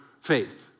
faith